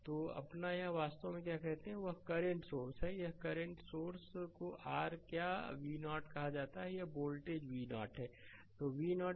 slide समय देखें 0833 तो अपना यह वास्तव में क्या कहते हैं वह करंट सोर्स है एक करंट सोर्स को r क्या v0 कहा जाता है यह वोल्टेजvoltage0 v0 है